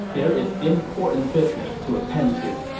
there is important business to attend to.